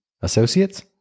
Associates